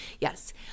Yes